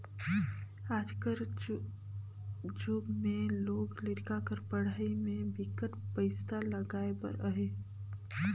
आज कर जुग में लोग लरिका कर पढ़ई में बिकट पइसा लगाए बर अहे